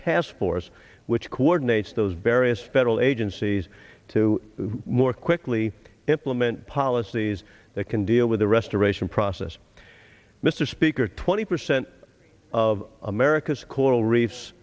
taskforce which coordinates those various federal agencies to more quickly implement policies that can deal with the restoration process mr speaker twenty percent of america's coral reefs